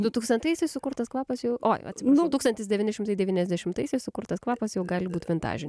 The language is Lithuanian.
du tūkstantaisiais sukurtas kvapas jau oi atsiprašau tūkstantis devyni šimtai devyniasdešimtaisiais sukurtas kvapas jau gali būt vintaži